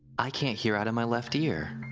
i can't hear out of my left ear.